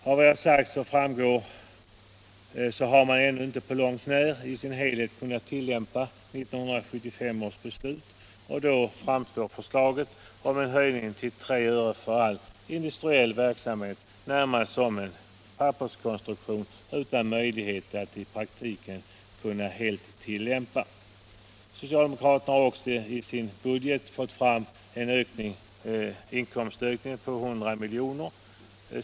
Av vad jag sagt framgår att man ännu inte på långt när i sin helhet kunnat tillämpa 1975 års beslut, och då framstår förslaget om en höjning till 3 öre för all industriell verksamhet närmast som en papperskonstruktion utan möjlighet att i praktiken kunna tillämpas. Socialdemokraterna har också i sitt budgetförslag fört fram en inkomstökning på 100 miljoner.